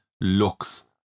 looks